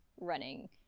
running